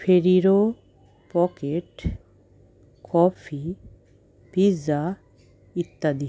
Ferrero pocket coffee pizza ইত্যাদি